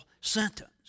sentence